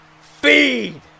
feed